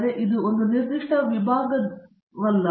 ಅಂದರೆ ಇದು ಒಂದು ನಿರ್ದಿಷ್ಟ ವಿಭಾಗದ ವಿಭಾಗವಲ್ಲ